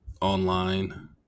online